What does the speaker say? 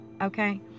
okay